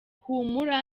humura